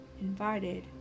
invited